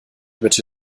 bitte